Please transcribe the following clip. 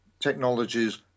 technologies